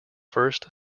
first